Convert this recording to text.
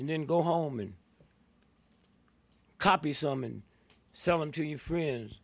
and then go home and copy some and sell them to you friend